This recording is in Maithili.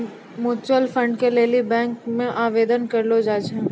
म्यूचुअल फंड के लेली बैंक मे आवेदन करलो जाय छै